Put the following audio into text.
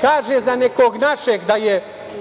kaže ne za nekog našeg da je